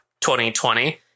2020